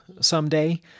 someday